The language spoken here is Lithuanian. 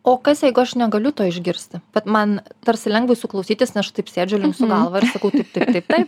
o kas jeigu aš negaliu to išgirsti bet man tarsi lengva jūsų klausytis na aš taip sėdžiu linksiu galvą ir sakau taip taip taip